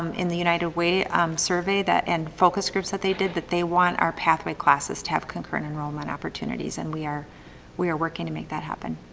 um in the united way survey and focus groups that they did that they want our pathway classes to have concurrent enrollment opportunities and we are we are working to make that happen.